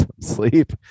sleep